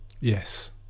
yes